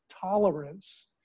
tolerance